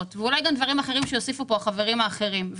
ואולי גם דברים אחרים שהוסיפו החברים האחרים.